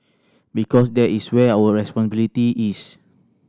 because that is where our responsibility is